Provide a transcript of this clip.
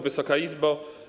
Wysoka Izbo!